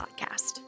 Podcast